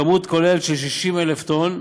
בכמות כוללת של 60,000 טונות.